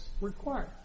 required